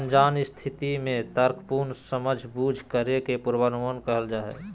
अनजान स्थिति में तर्कपूर्ण समझबूझ करे के पूर्वानुमान कहल जा हइ